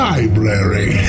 Library